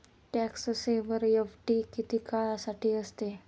Tax saver FD किती काळासाठी असते?